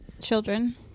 children